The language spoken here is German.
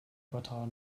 quartal